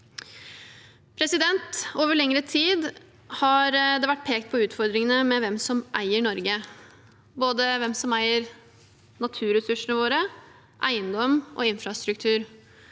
siden. Over lengre tid har det vært pekt på utfordringene ved hvem som eier Norge – hvem som eier naturressursene våre, eiendom og infrastruktur.